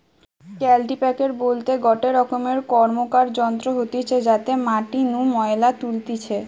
কাল্টিপ্যাকের বলতে গটে রকম র্কমকার যন্ত্র হতিছে যাতে মাটি নু ময়লা তুলতিছে